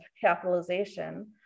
capitalization